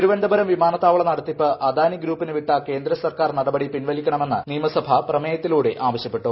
തിരുവനന്തപുരം വിമാനത്താവള നടത്തിപ്പ് അദാനി ഗ്രൂപ്പിന് വിട്ട കേന്ദ്രസർക്കാർ നടപടി പിൻവലിക്കണമെന്ന് നിയമസഭ പ്രമേയത്തിലൂടെ ആവശ്യപ്പെട്ടു